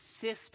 sift